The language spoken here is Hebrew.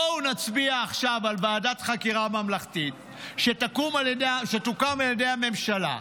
בואו נצביע עכשיו על ועדת חקירה ממלכתית שתוקם על ידי הממשלה,